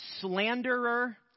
slanderer